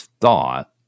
thought